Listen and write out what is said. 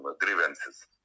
grievances